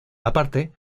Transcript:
aparte